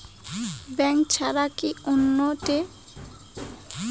Bank ছাড়া কি অন্য টে থাকি ঋণ পাওয়া যাবে?